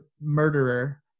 murderer